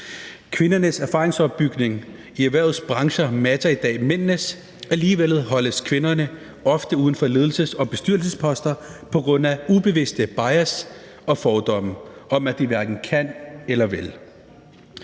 Kvindernes erfaringsopbygning i erhvervets brancher matcher i dag mændenes, og alligevel holdes kvinderne ofte uden for ledelses- og bestyrelsesposter på grund af ubevidste bias og fordomme om, at de hverken kan eller vil.